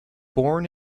born